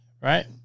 Right